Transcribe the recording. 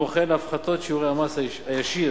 כמו גם הפחתות שיעורי המס הישיר,